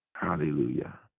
Hallelujah